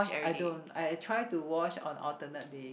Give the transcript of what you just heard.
I don't I try to wash on alternate day